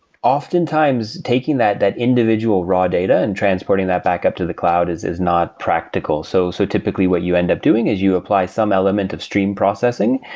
oftentimes, taking that that individual raw data and transporting that back up to the cloud is is not practical. so so typically, what you end up doing is you apply some element of stream processing.